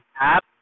app